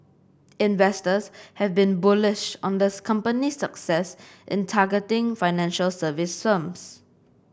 investors have been bullish on the company's success in targeting financial services firms